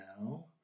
now